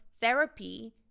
therapy